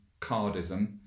cardism